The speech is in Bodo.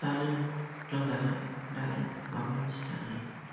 दानो लोमजानाय दानो माबा मोनसे जानाय